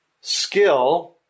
Skill